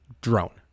drone